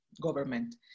government